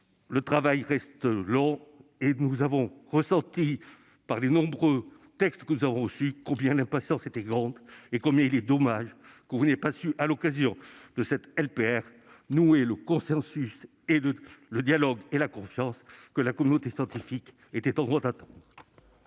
Le travail reste long, et nous avons ressenti, à travers les nombreux textes que nous avons reçus, combien l'impatience était grande et combien il était dommage que vous n'ayez pas su, à l'occasion de ce projet de loi, nouer le consensus, le dialogue et la confiance que la communauté scientifique était en droit d'attendre.